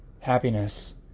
happiness